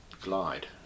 glide